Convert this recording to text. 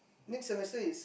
next semester is